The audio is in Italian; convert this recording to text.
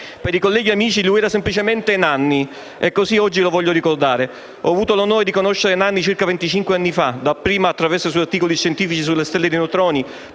Per i colleghi e amici, lui era, semplicemente, Nanni, e così oggi lo voglio ricordare. Ho avuto l'onore di conoscere Nanni circa venticinque anni fa, dapprima attraverso i suoi articoli scientifici sulle stelle di neutroni,